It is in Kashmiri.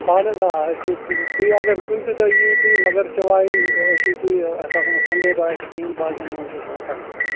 اَہَن حظ آ أسۍ چھُو تُہ تُہۍ اگر کُنہِ تہِ دۄہ یِیِو تُہۍ مگر سِوایے ٲسِو تُہۍ اَسہِ آسو نہٕ سَنڈے دۄہ اَتہِ کِہیٖنۍ باقٕیَن دۄہَن چھِ أسۍ آسان کَنٹِن